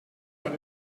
and